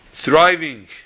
Thriving